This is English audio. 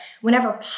whenever